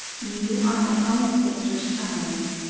you are my own sister's child.